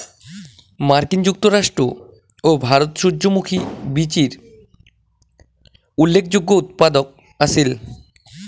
মার্কিন যুক্তরাষ্ট্র ও ভারত সূর্যমুখী বীচির উল্লেখযোগ্য উৎপাদক আছিল